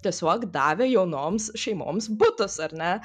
tiesiog davė jaunoms šeimoms butus ar ne